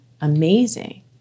amazing